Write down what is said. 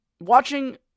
watching